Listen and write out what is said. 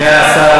סגן השר,